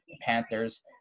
Panthers